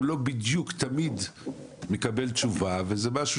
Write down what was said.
הוא לא בדיוק תמיד מקבל תשובה וזה משהו